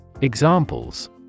Examples